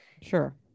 Sure